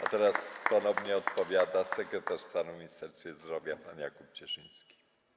A teraz ponownie odpowiada podsekretarz stanu w Ministerstwie Zdrowia pan Janusz Cieszyński.